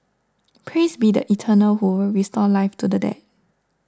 praise be the Eternal who will restore life to the dead